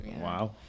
Wow